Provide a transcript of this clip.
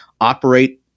operate